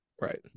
Right